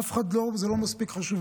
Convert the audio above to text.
לאף אחד זה לא מספיק חשוב.